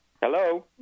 hello